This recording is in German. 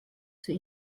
zur